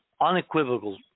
unequivocal